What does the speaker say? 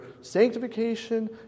sanctification